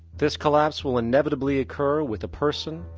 this collapse will inevitably occur with a person,